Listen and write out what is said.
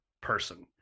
person